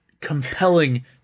compelling